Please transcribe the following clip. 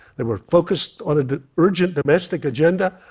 they were focused on an urgent domestic agenda.